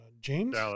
James